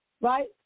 right